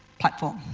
platform.